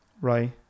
Right